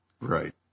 Right